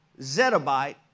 zettabyte